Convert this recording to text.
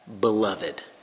beloved